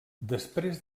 després